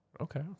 okay